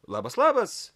labas labas